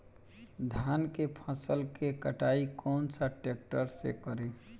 धान के फसल के कटाई कौन सा ट्रैक्टर से करी?